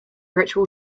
ritual